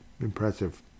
impressive